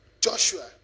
Joshua